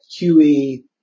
QE